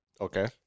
Okay